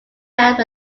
held